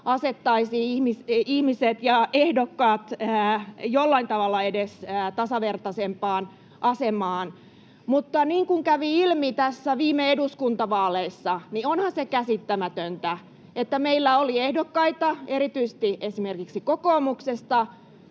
asettaisi ihmiset ja ehdokkaat edes jollain tavalla tasavertaisempaan asemaan. Mutta niin kuin kävi ilmi viime eduskuntavaaleissa, onhan se käsittämätöntä, että meillä oli ehdokkaita, erityisesti esimerkiksi kokoomuksessa,